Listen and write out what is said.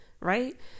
right